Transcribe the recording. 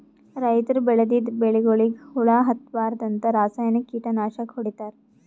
ರೈತರ್ ಬೆಳದಿದ್ದ್ ಬೆಳಿಗೊಳಿಗ್ ಹುಳಾ ಹತ್ತಬಾರ್ದ್ಂತ ರಾಸಾಯನಿಕ್ ಕೀಟನಾಶಕ್ ಹೊಡಿತಾರ್